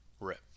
RIP